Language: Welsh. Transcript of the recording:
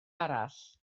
arall